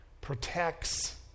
protects